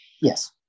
Yes